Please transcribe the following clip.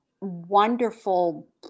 wonderful